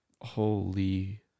holy